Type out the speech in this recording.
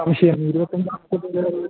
സംശയം ഇരുപത്തഞ്ച് മത്സ്യ തൊഴിലാളികൾ